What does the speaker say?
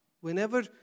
Whenever